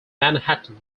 manhattan